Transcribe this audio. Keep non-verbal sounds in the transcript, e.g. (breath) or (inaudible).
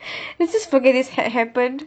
(breath) let's just forget this ha~ happened